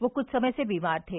वे कुछ समय से बीमार थे